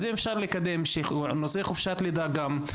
אם אפשר לקדם גם את נושא חופשת הלידה כדי לסייע להורים.